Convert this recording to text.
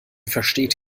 versteht